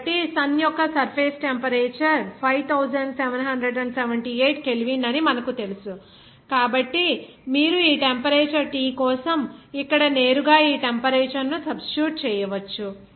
కాబట్టి సన్ యొక్క surface temperature 5778 K అని మనకు తెలుసు కాబట్టి మీరు ఈ టెంపరేచర్ T కోసం ఇక్కడ నేరుగా ఈ టెంపరేచర్ ను సబ్స్టిట్యూట్ చేయవచ్చు